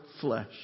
flesh